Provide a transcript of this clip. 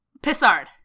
Pissard